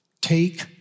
Take